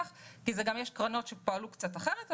כי יש גם קרנות שפעלו קצת אחרת.